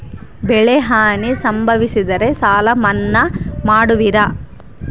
ಬೆಳೆಹಾನಿ ಸಂಭವಿಸಿದರೆ ಸಾಲ ಮನ್ನಾ ಮಾಡುವಿರ?